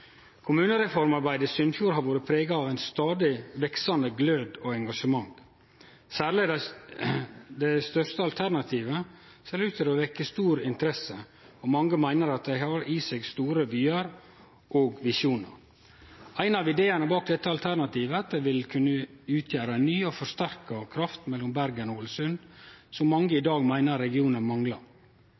Kommunereformarbeidet i Sunnfjord har vore prega av stadig veksande glød og engasjement. Særleg det største alternativet ser ut til å vekkje stor interesse, og mange meiner det har i seg store vyar og visjonar. Ein av ideane bak dette alternativet er at det vil kunne utgjere ei ny og forsterka kraft mellom Bergen og Ålesund, som mange i dag meiner regionen manglar.